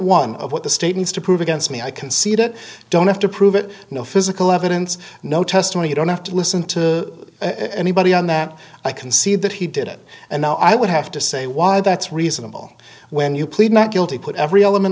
one of what the state needs to prove against me i concede it don't have to prove it no physical evidence no testimony you don't have to listen to anybody on that i can see that he did it and now i would have to say why that's reasonable when you plead not guilty put every element